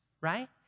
Right